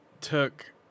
took